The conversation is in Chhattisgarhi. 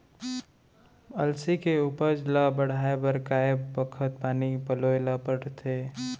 अलसी के उपज ला बढ़ए बर कय बखत पानी पलोय ल पड़थे?